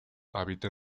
habita